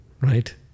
right